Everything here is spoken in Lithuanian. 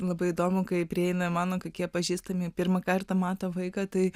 labai įdomu kaip prieina mano tokie pažįstami pirmą kartą mato vaiką tai